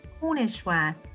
Cornishware